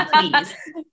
please